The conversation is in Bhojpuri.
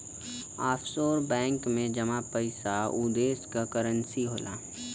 ऑफशोर बैंक में जमा पइसा उ देश क करेंसी होला